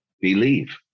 believe